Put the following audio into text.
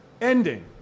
ending